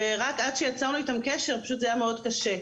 ורק עד שיצרנו איתם קשר, פשוט זה היה מאוד קשה.